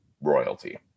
royalty